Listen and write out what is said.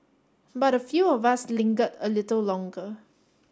but a few of us lingered a little longer